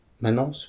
Maintenant